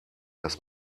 dass